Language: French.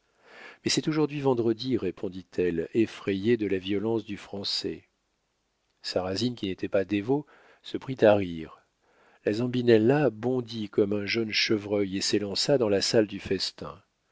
mais c'est aujourd'hui vendredi répondit-elle effrayée de la violence du français sarrasine qui n'était pas dévot se prit à rire la zambinella bondit comme un jeune chevreuil et s'élança dans la salle du festin